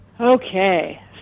Okay